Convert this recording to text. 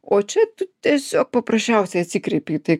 o čia tu tiesiog paprasčiausiai atsikreipi į tai